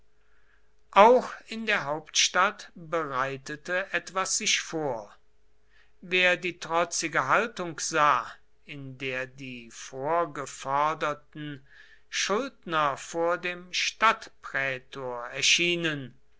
auch in der hauptstadt bereitete etwas sich vor wer die trotzige haltung sah in der die vorgeforderten schuldner vor dem stadtprätor erschienen